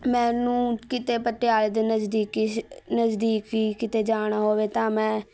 ਮੈਨੂੰ ਕਿਤੇ ਪਟਿਆਲੇ ਦੇ ਨਜ਼ਦੀਕੀ ਨਜ਼ਦੀਕ ਵੀ ਕਿਤੇ ਜਾਣਾ ਹੋਵੇ ਤਾਂ ਮੈਂ